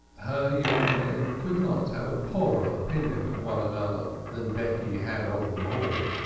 her young men could not have a poorer opinion of one another than becky had of them all.